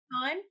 Time